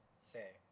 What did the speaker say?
say